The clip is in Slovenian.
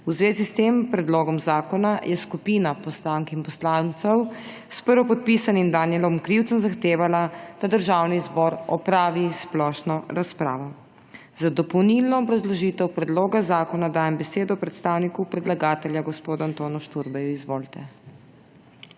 V zvezi s tem predlogom zakona je skupina poslank in poslancev s prvopodpisanim Danijelom Krivcem zahtevala, da Državni zbor opravi splošno razpravo. Za dopolnilno obrazložitev predloga zakona dajem besedo predstavniku predlagatelja gospodu Andrejo Hoiviku. Izvoli.